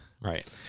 Right